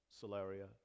salaria